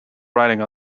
writing